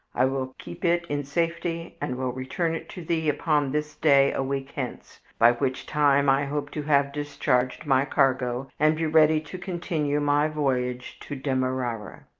i will keep it in safety and will return it to thee upon this day a week hence, by which time i hope to have discharged my cargo and be ready to continue my voyage to demerara.